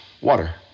water